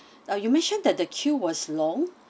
uh you mentioned that the queue was long